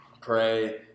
pray